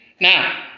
Now